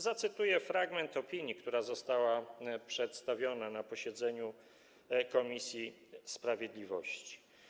Zacytuję fragment opinii, która została przedstawiona na posiedzeniu komisji sprawiedliwości: